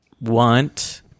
want